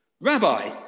Rabbi